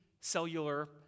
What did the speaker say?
cellular